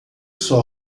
sua